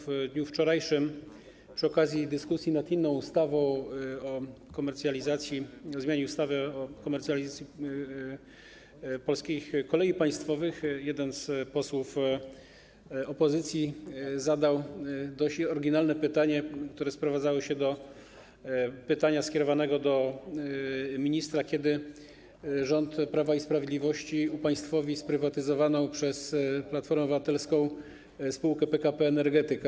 W dniu wczorajszym przy okazji dyskusji nad projektem ustawy o zmianie ustawy o komercjalizacji Polskich Kolei Państwowych jeden z posłów opozycji zadał dość oryginalne pytanie, które sprowadzało się do pytania skierowanego do ministra: Kiedy rząd Prawa i Sprawiedliwości upaństwowi sprywatyzowaną przez Platformę Obywatelską spółkę PKP Energetyka?